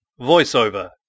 voiceover